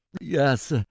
Yes